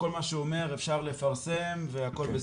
כל מה שהוא אומר אפשר לפרסם והכל בסדר.